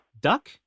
duck